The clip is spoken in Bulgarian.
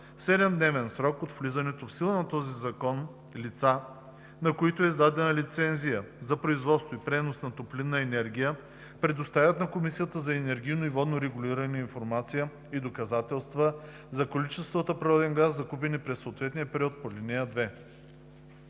7 дневен срок от влизането в сила на този закон лица, на които е издадена лицензия за производство и пренос на топлинна енергия, предоставят на Комисията за енергийно и водно регулиране информация и доказателства за количествата природен газ, закупени през съответните периоди по ал. 2.